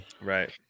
Right